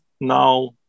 now